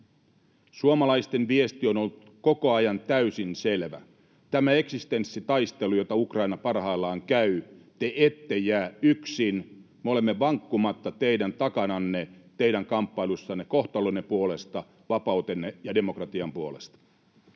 Suomalaisten viesti on ollut koko ajan täysin selvä. Tämä eksistenssitaistelu, jota Ukraina parhaillaan käy — te ette jää yksin, me olemme vankkumatta teidän takananne teidän kamppailussanne kohtalonne puolesta, vapautenne ja demokratian puolesta.